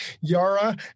Yara